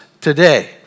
today